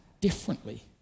differently